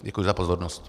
Děkuji za pozornost.